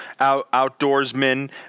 Outdoorsmen